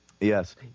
Yes